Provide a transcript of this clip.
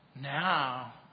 Now